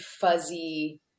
fuzzy